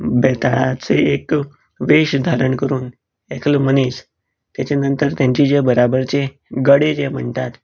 बेताळाचो एक वेश धारण करून एकलो मनीस तेचे नंतर तेंचे जे बराबरचे गडे जे म्हणटात